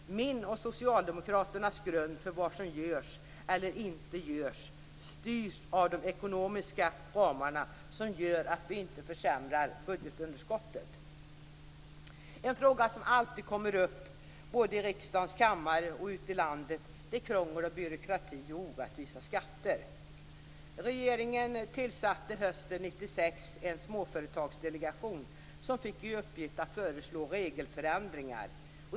Min och Socialdemokraternas grund för vad som görs eller inte görs styrs av de ekonomiska ramarna, vilket gör att vi inte ökar budgetunderskottet. En fråga som alltid kommer upp, både i riksdagens kammare och ute i landet, är krångel, byråkrati och orättvisa skatter. Regeringen tillsatte hösten 1996 en småföretagsdelegation som fick i uppgift att föreslå regelförändringar.